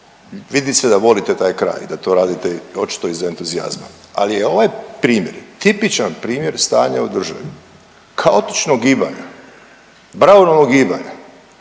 vidi se da volite taj kraj i da to radite očito iz entuzijazma. Ali je ovaj primjer tipičan primjer stanja u državi, kaotičnog gibanja, brownovog gibanja,